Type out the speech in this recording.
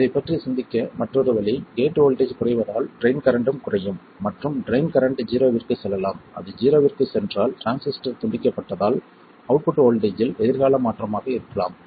இதைப் பற்றி சிந்திக்க மற்றொரு வழி கேட் வோல்ட்டேஜ் குறைவதால் ட்ரைன் கரண்ட்டும் குறையும் மற்றும் ட்ரைன் கரண்ட் ஜீரோவிற்குச் செல்லலாம் அது ஜீரோவிற்குச் சென்றால் டிரான்சிஸ்டர் துண்டிக்கப்பட்டதால் அவுட்புட் வோல்ட்டேஜ்ஜில் எதிர்கால மாற்றமாக இருக்கலாம்